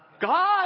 God